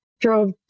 drove